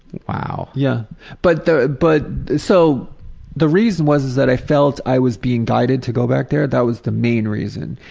wow. yeah but but so the reason was is that i felt i was being guided to go back there, that was the main reason.